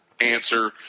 answer